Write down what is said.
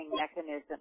mechanism